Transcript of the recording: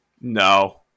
No